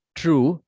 true